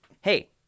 Hey